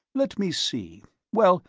let me see well,